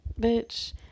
Bitch